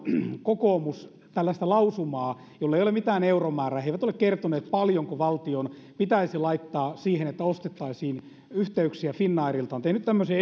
kokoomus esittänyt tällaista lausumaa jolle ei ole mitään euromäärää he eivät ole kertoneet paljonko valtion pitäisi laittaa siihen että ostettaisiin yhteyksiä finnairilta kokoomus on tehnyt tämmöisen